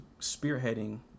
spearheading